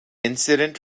incident